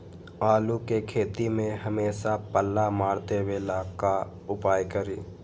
आलू के खेती में हमेसा पल्ला मार देवे ला का उपाय करी?